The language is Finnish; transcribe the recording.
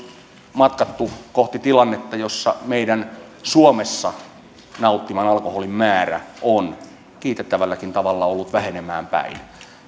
matkattu kohti tilannetta jossa suomessa nautitun alkoholin määrä on kiitettävälläkin tavalla ollut vähenemään päin